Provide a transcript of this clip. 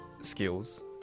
skills